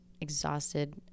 exhausted